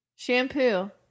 Shampoo